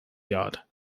yard